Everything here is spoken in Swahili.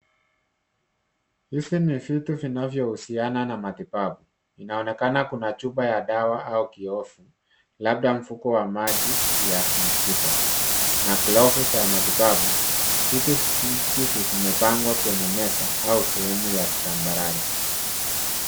Hivi ni vitu vinavyohusiana na matibabu. Inaonekana kuna chupa la dawa au kiovu, labda mfuko wa maji ya mishipa na glovu za matibabu. Vitu hivi vimepangwa kwenye meza au sehemu ya tambarare.